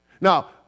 Now